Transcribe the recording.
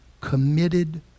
committed